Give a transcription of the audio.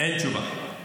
אין תשובה.